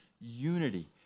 unity